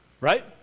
right